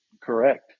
Correct